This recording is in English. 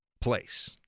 place